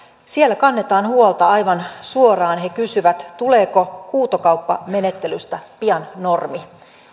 siellä kannetaan huolta aivan suoraan he kysyvät tuleeko huutokauppamenettelystä pian normi